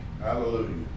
Hallelujah